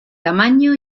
tamaño